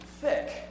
thick